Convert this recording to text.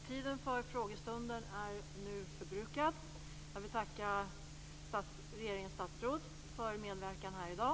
Tiden för frågestunden är nu förbrukad. Jag vill tacka regeringens statsråd för deras medverkan här i dag.